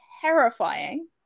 terrifying